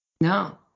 No